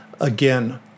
again